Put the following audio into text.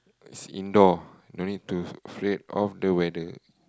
sit indoor no need to afraid of the weather